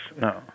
No